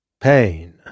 Pain